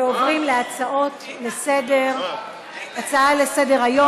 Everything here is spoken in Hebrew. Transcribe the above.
ועוברים להצעות לסדר-היום מס' 8084,